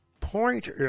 point